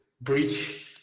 bridge